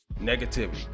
negativity